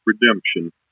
Redemption